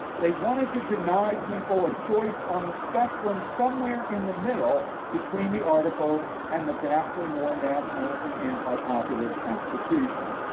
they wanted to deny people a choice on the spectrum somewhere in the middle between the articles and the vastly more nationalist and antipopulist constitution.